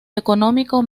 económico